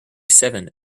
seven